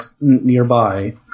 nearby